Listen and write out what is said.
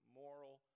moral